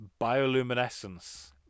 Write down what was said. bioluminescence